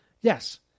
Yes